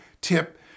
tip